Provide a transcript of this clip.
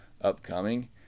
upcoming